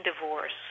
divorce